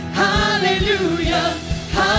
Hallelujah